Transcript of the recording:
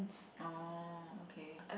orh okay